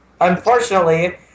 Unfortunately